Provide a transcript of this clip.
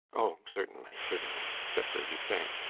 oh, certainly certainly just as you say,